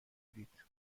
دید